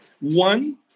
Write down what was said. One